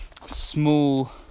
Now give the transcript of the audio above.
small